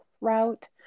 route